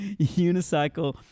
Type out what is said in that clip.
unicycle